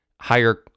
higher